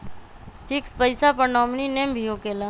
Fix पईसा पर nominee name भी होकेला?